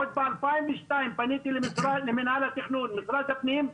עוד ב-2002 פניתי למינהל התכנון, משרד הפנים,